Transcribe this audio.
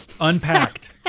Unpacked